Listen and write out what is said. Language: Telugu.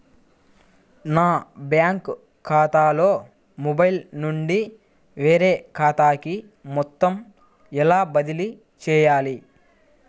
నా బ్యాంక్ ఖాతాలో మొబైల్ నుండి వేరే ఖాతాకి మొత్తం ఎలా బదిలీ చేయాలి?